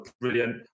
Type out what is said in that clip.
brilliant